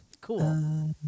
Cool